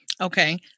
Okay